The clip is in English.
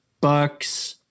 Bucks